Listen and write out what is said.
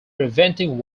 preventing